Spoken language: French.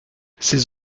ces